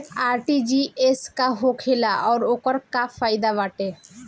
RTGS का होखेला और ओकर का फाइदा बाटे?